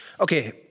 Okay